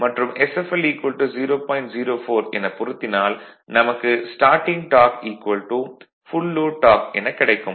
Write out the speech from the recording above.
04 எனப் பொருத்தினால் நமக்கு starting torque full load torque எனக் கிடைக்கும்